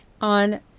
on